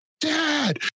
Dad